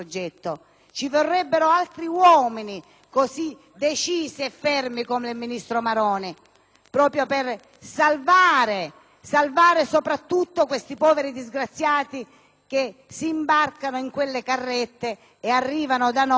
Ci vorrebbero altri uomini così decisi e fermi come il ministro Maroni proprio per salvare soprattutto questi poveri disgraziati che si imbarcano in quelle carrette e arrivano da noi